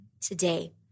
today